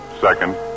Second